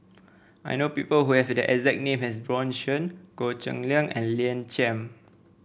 I know people who have the exact name as Bjorn Shen Goh Cheng Liang and Lina Chiam